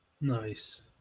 Nice